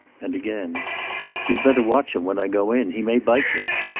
and again you'd better watch him when i go in. he may bite me.